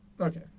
Okay